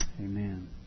Amen